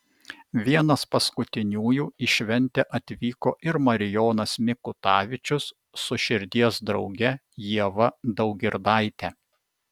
vienas paskutiniųjų į šventę atvyko ir marijonas mikutavičius su širdies drauge ieva daugirdaite